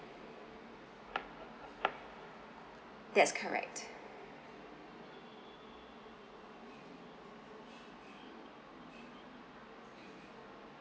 yes correct